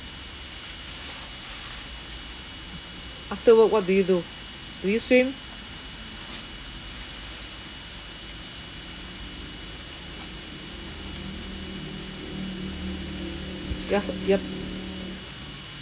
after work what do you do do you swim yes yup